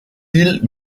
ils